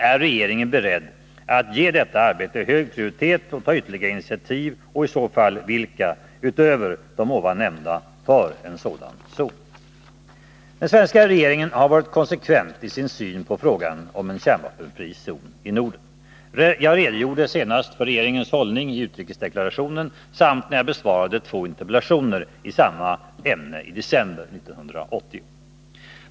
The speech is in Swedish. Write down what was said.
Ärregeringen beredd att ge detta arbete hög prioritet och ta ytterligare initiativ, i så fall vilka, utöver de här nämnda? Den svenska regeringen har varit konsekvent i sin syn på frågan om en kärnvapenfri zon i Norden. Jag redogjorde senast för regeringens hållning i utrikesdeklarationen samt när jag besvarade två interpellationer i samma ämne i december 1980.